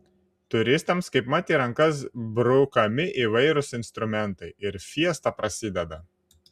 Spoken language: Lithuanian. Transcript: turistams kaipmat į rankas brukami įvairūs instrumentai ir fiesta prasideda